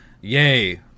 yay